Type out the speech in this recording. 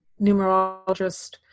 numerologist